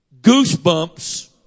Goosebumps